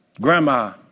Grandma